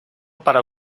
para